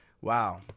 Wow